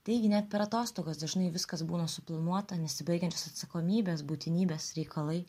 taigi net per atostogas dažnai viskas būna suplanuota nesibaigiančios atsakomybės būtinybės reikalai